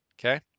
okay